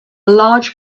large